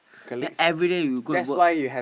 then everyday you go and work